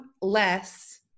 less